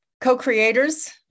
co-creators